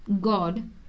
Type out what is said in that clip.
God